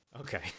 Okay